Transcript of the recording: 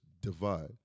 divide